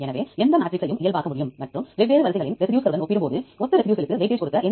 எனவே வகைபாட்டியலின் தேடல் மற்றும் வெவ்வேறு வகையான தேடல்கருவிகள் உள்ளன